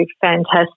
fantastic